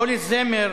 לא לזמר,